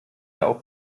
auch